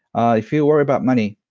ah if you worry about money,